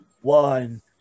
one